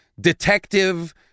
detective